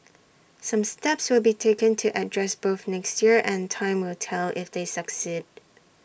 some steps will be taken to address both next year and time will tell if they succeed